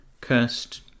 cursed